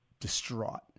distraught